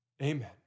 Amen